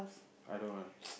I don't want